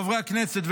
חברי הכנסת,